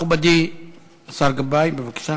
מכובדי השר גבאי, בבקשה.